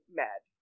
mad